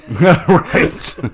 Right